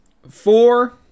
four